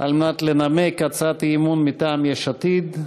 לנמק הצעת אי-אמון מטעם יש עתיד.